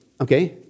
okay